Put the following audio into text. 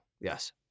Yes